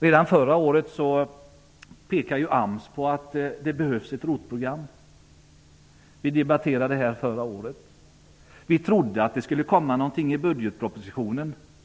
Redan förra året pekade AMS på att det behövs ett ROT-program. Vi debatterade det förra året. Vi trodde att det skulle komma något i budgetpropositionen.